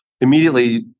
immediately